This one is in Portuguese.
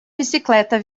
bicicleta